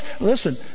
Listen